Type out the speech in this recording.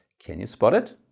can you spot it?